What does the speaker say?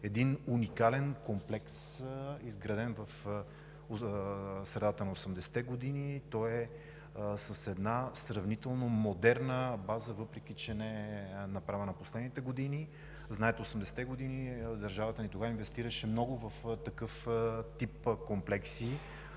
един уникален комплекс, изграден в средата на 80-те години, с една сравнително модерна база, въпреки че не е направена в последните години. Знаете, държавата ни в 80-те години инвестираше много в такъв тип комплекси.